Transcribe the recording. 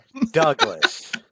Douglas